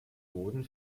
boden